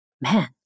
man